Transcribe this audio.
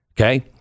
Okay